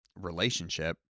relationship